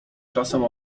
czasem